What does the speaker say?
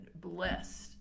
blessed